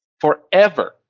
forever